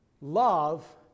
love